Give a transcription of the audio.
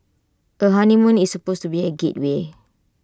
A honeymoon is supposed to be A gateway